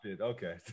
okay